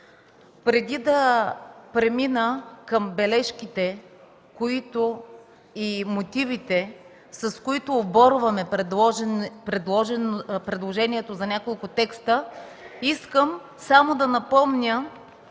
Преди да премина към бележките и мотивите, с които оборваме предложенията за няколко текста, искам само да напомня